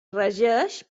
regeix